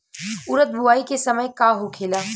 उरद बुआई के समय का होखेला?